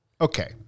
Okay